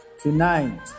tonight